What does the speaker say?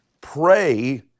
pray